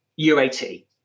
UAT